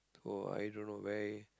so i don't know where